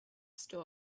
store